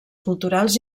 culturals